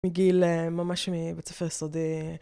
מגיל ממש מבית ספר סודי.